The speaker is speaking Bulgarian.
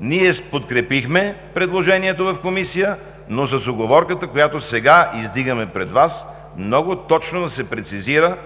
Ние подкрепихме предложението в Комисията, но с уговорката, която сега издигаме пред Вас, много точно да се прецизира